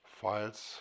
files